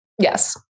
Yes